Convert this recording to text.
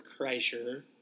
Kreischer